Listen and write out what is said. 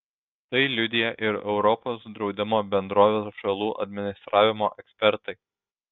tai liudija ir europos draudimo bendrovės žalų administravimo ekspertai